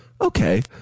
okay